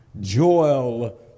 Joel